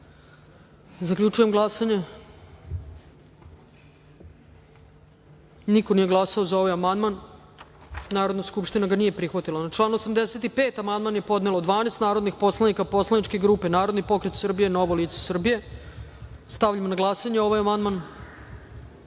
amandman. Zaključujem glasanje: niko nije glasao za ovaj amandman. Narodna skupština ga nije prihvatila. Na član 84. amandman je podnelo 12 narodnih poslanika poslaničke grupe Narodni pokret Srbije – Novo lice Srbije. Stavljam na glasanje ovaj